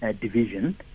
division